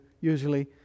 usually